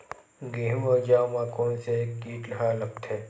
गेहूं अउ जौ मा कोन से कीट हा लगथे?